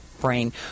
brain